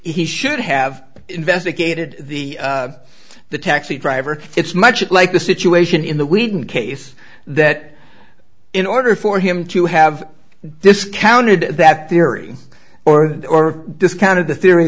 he should have investigated the the taxi driver it's much like the situation in the we didn't case that in order for him to have discounted that theory or that or discounted the theory